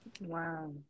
Wow